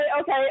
okay